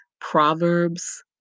Proverbs